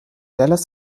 dallas